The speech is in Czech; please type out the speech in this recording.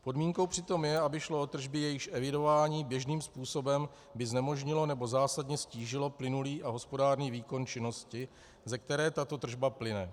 Podmínkou přitom je, aby šlo o tržby, jejichž evidování běžným způsobem by znemožnilo nebo zásadně ztížilo plynulý a hospodárný výkon činnosti, z které tato tržba plyne.